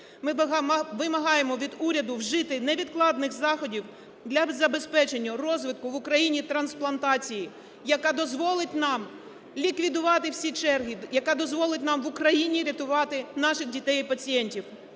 Ми вимагаємо від уряду вжити невідкладних заходів для забезпечення розвитку в Україні трансплантації, яка дозволить нам ліквідувати всі черги, яка дозволить нам в Україні рятувати наших дітей і пацієнтів.